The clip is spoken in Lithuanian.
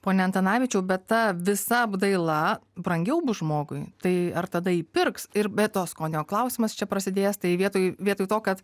pone antanavičiau bet ta visa apdaila brangiau bus žmogui tai ar tada įpirks ir be to skonio klausimas čia prasidės tai vietoj vietoj to kad